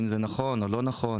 אם זה נכון או לא נכון,